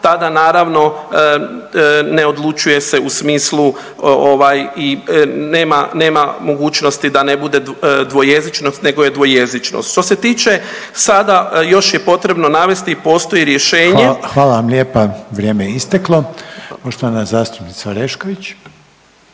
Tada naravno ne odlučuje se u smislu ovaj i nema, nema mogućnosti da ne bude dvojezičnost nego je dvojezičnost. Što se tiče sada još je potrebno navesti postoji rješenje … **Reiner, Željko (HDZ)** Hvala, hvala vam lijepa, vrijeme je isteklo. Poštovana zastupnica Orešković.